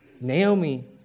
Naomi